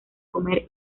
comer